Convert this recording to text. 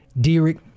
Derek